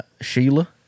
Sheila